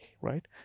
right